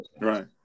Right